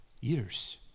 years